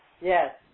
Yes